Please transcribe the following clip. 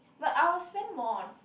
but I'll spend more on food